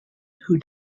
who